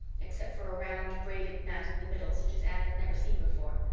except for a round braided mat in the middle such as anne had never seen before.